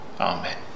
amen